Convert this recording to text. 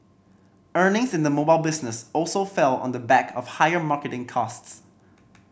earnings in the mobile business also fell on the back of higher marketing costs